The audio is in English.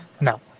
No